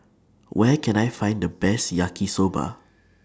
Where Can I Find The Best Yaki Soba